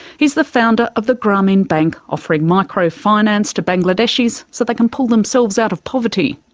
he's the founder of the grameen bank offering microfinance to bangladeshis so they can pull themselves out of poverty.